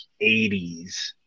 80s